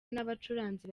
n’abacuranzi